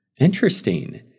Interesting